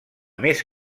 més